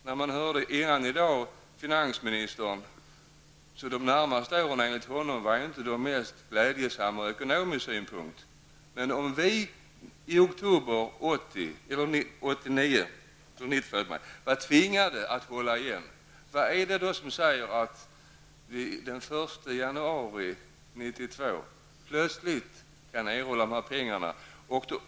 Tidigare i dag sade finansministern att de närmaste åren inte kommer att vara de mest glädjesamma från ekonomisk synpunkt. Men om vi i oktober 90 var tvingade att hålla igen, vad är det då som säger att vi plötsligt den 1 januari 1992 kan erhålla de pengarna?